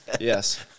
yes